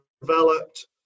developed